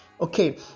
Okay